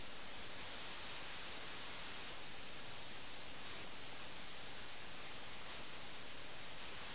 അവൻ ചെസ്സ് കളിയിൽ തോൽക്കുന്നു അതുകൊണ്ടാണ് ഇംഗ്ലീഷ് കമ്പനിയുടെ സേന നഗരം ഉപരോധിക്കുന്നതിനെ കുറിച്ചും നഗരം കൊള്ളയടിക്കപ്പെടുന്നതിനെ കുറിച്ചും അദ്ദേഹം താൽപ്പര്യപ്പെടുന്നത്